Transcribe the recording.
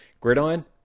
Gridiron